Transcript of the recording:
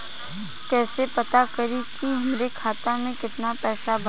कइसे पता करि कि हमरे खाता मे कितना पैसा बा?